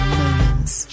moments